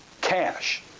cash